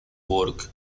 burke